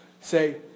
say